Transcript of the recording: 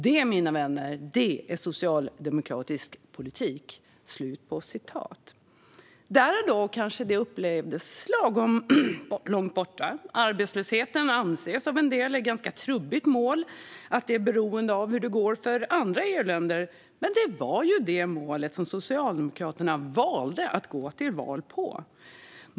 Det, mina vänner, det är socialdemokratisk politik". Där och då kanske 2020 upplevdes som lagom långt bort. Arbetslösheten anses av en del vara ett ganska trubbigt mål eftersom det är beroende av hur det går för andra EU-länder. Men det var det mål som Socialdemokraterna valde att gå till val på.